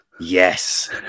Yes